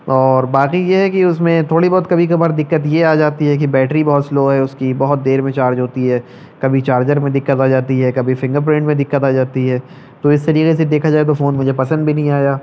اور باقی یہ ہے کہ اس میں تھوڑی بہت کبھی کبھار دقت یہ آ جاتی ہے کہ بیٹری بہت سلو ہے اس کی بہت دیر میں چارج ہوتی ہے کبھی چارجر میں دقت آ جاتی ہے کبھی فنگر پرنٹ میں دقت آ جاتی ہے تو اس طریقے سے دیکھا جائے تو مجھے فون پسند بھی نہیں آیا